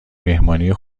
مهمانی